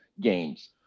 games